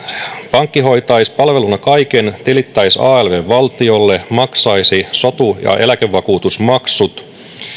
pankki hoitaisi palveluna kaiken tilittäisi alvn valtiolle maksaisi sotu ja eläkevakuutusmaksut